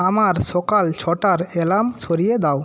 আমার সকাল ছটার অ্যালার্ম সরিয়ে দাও